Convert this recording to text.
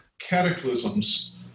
cataclysms